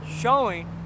showing